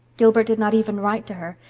gilbert did not even write to her,